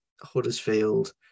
Huddersfield